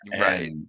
right